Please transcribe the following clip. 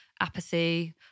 apathy